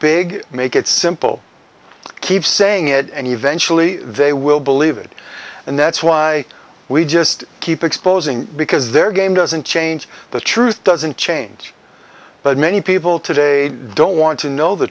big make it simple keep saying it and eventually they will believe it and that's why we just keep exposing because their game doesn't change the truth doesn't change but many people today don't want to know the